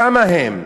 כמה הם?